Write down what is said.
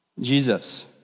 Jesus